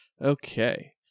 Okay